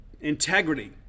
integrity